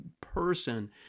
person